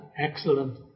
excellent